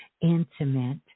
intimate